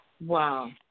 Wow